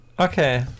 Okay